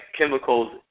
chemicals